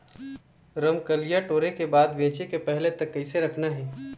रमकलिया टोरे के बाद बेंचे के पहले तक कइसे रखना हे?